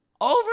over